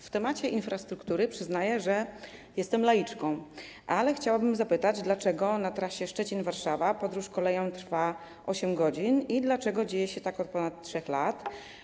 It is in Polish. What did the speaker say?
W kwestii infrastruktury, przyznaję, jestem laiczką, ale chciałabym zapytać, dlaczego na trasie Szczecin - Warszawa podróż koleją trwa 8 godzin i dlaczego dzieje się tak od ponad 3 lat.